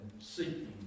seeking